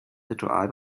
ritual